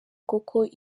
koko